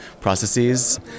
processes